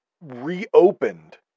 reopened